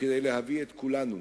וכדי להביא את כולנו